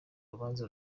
rubanza